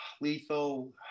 lethal